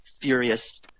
furious